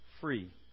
Free